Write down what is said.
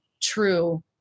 true